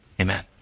amen